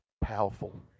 powerful